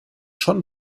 schon